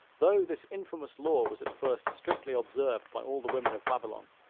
though this infamous law was at first strictly observed by all the women of babylon,